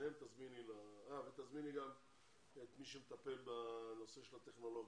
ותזמיני גם את מי שמטפל בנושא הטכנולוגיה.